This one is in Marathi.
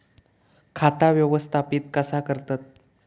खाता व्यवस्थापित कसा करतत?